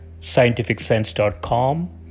scientificsense.com